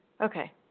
Okay